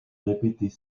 répétait